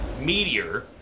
meteor